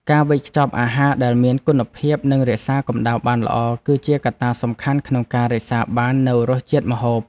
ការវេចខ្ចប់អាហារដែលមានគុណភាពនិងរក្សាកំដៅបានល្អ គឺជាកត្តាសំខាន់ក្នុងការរក្សាបាននូវរសជាតិម្ហូប។